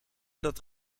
dat